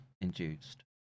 induced